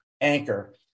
anchor